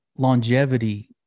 Longevity